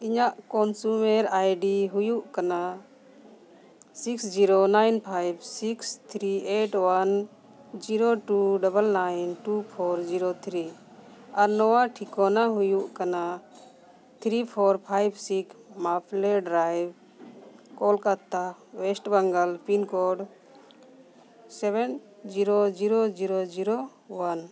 ᱤᱧᱟᱹᱜ consumer ID ᱦᱩᱭᱩᱜ ᱠᱟᱱᱟ six zero nine five six three eight one zero two double nine two four zero three ᱟᱨ ᱱᱚᱣᱟ ᱴᱷᱤᱠᱟᱹᱱᱟ ᱦᱩᱭᱩᱜ ᱠᱟᱱᱟ three four five six maple drive Kolkata west Bengal pin code seven zero zero zero zero one